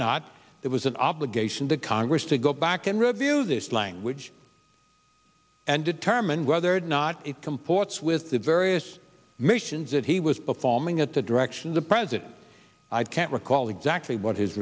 it was an obligation to congress to go back and review this language and determine whether or not it comports with the various missions that he was performing at the direction of the president i can't recall exactly what his